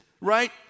right